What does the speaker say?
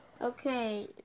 Okay